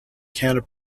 counter